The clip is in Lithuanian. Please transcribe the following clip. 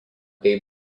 bei